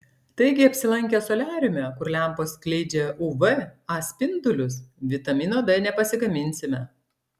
taigi apsilankę soliariume kur lempos skleidžia uv a spindulius vitamino d nepasigaminsime